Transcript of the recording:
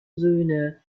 söhne